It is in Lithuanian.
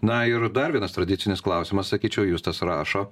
na ir dar vienas tradicinis klausimas sakyčiau justas rašo